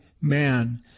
man